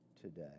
today